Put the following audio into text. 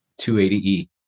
280E